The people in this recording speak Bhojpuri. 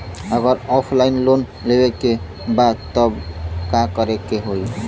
अगर ऑफलाइन लोन लेवे के बा त का करे के होयी?